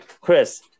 Chris